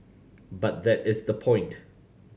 but that is the point